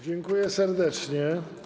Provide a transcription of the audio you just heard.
Dziękuję serdecznie.